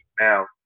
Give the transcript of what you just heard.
Now